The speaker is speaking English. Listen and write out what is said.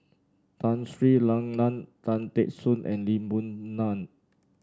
Tun Sri Lanang Tan Teck Soon and Lee Boon Ngan